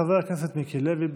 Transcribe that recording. חבר הכנסת מיקי לוי,